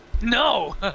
No